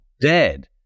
dead